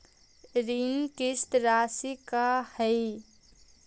ऋण किस्त रासि का हई?